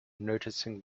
noticing